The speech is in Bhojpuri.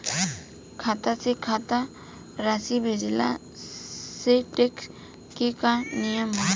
खाता से खाता में राशि भेजला से टेक्स के का नियम ह?